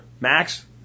Max